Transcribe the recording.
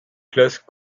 classe